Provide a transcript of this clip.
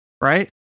right